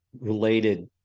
related